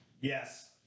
Yes